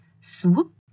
Swoop